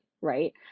right